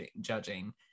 judging